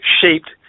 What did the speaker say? shaped